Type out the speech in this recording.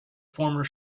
former